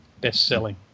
best-selling